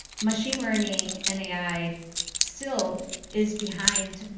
machine learning and ai still is behind,